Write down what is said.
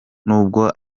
n’ubwo